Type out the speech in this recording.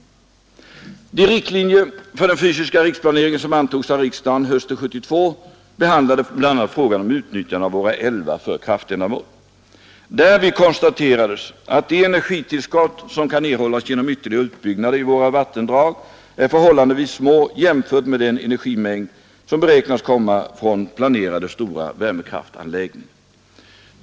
De riktlinjer för den fysiska riksplaneringen som antogs av riksdagen hösten 1972 behandlade bl.a. frågan om utnyttjandet av våra älvar för kraftändamål. Därvid konstaterades att de energitillskott som kan erhållas genom ytterligare utbyggnader i våra vattendrag är förhållandevis små jämfört med den energimängd som beräknas komma från planerade stora värmekraftanläggningar.